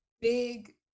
big